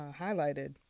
highlighted